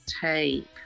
tape